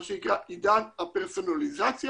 מה שנקרא עידן הפרסונליזציה,